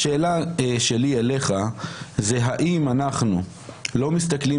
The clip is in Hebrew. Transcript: השאלה שלי אליך זה האם אנחנו לא מסתכלים